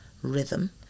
rhythm